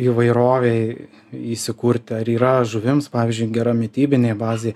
įvairovei įsikurti ar yra žuvims pavyzdžiui gera mitybinė bazė